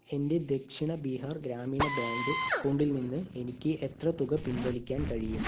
എൻ്റെ ദക്ഷിണ ബീഹാർ ഗ്രാമീണ ബാങ്ക് അക്കൗണ്ടിൽ നിന്ന് എനിക്ക് എത്ര തുക പിൻവലിക്കാൻ കഴിയും